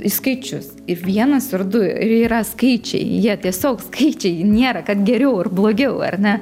į skaičius ir vienas ir du ir yra skaičiai jie tiesiog skaičiai nėra kad geriau ar blogiau ar ne